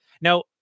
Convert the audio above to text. Now